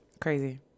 Crazy